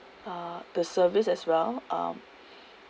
uh the service as well um